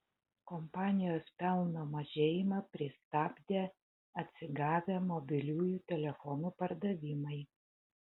kompanijos pelno mažėjimą pristabdė atsigavę mobiliųjų telefonų pardavimai